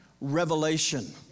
revelation